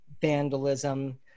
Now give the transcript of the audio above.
vandalism